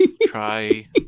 try